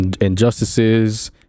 injustices